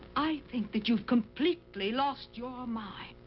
i think that you've completely lost your mind.